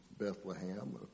Bethlehem